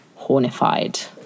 hornified